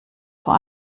vor